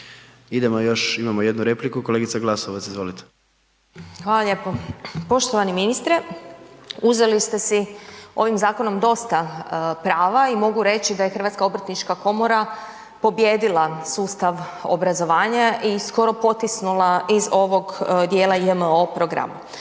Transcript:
Idemo još, imamo jednu repliku, kolegica Glasovac, izvolite. **Glasovac, Sabina (SDP)** Hvala lijepo. Poštovani ministre, uzeli ste si ovim zakon dosta prava i mogu reći da je HOK pobijedila sustav obrazovanja i skoro potisnula iz ovog djela JMO programa.